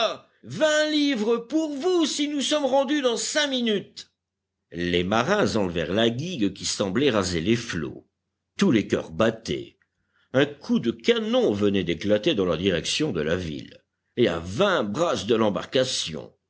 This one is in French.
vingt livres pour vous si nous sommes rendus dans cinq minutes les marins enlevèrent la guigue qui semblait raser les flots tous les cœurs battaient un coup de canon venait d'éclater dans la direction de la ville et à vingt brasses de